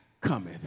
cometh